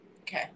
Okay